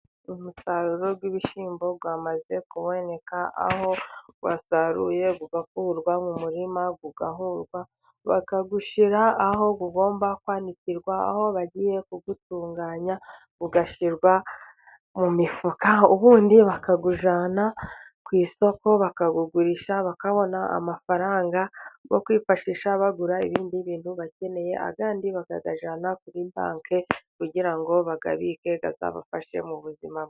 Umusaruro w'ibishyimbo wamaze kuboneka, aho wasaruye ugakurwa mu murima ,bakawushyira aho ugomba kwanikirwa ,aho bagiye kuwutunganya, ugashyirwa mu mifuka ,uwundi bakawujyana ku isoko, bakawugurisha ,bakabona amafaranga yo kwifashisha bagura ibindi bintu bakeneye, ayandi bakayajyana kuri banki kugira ngo bayabike ,azabafashe mu buzima bwe..